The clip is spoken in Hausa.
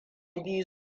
biyu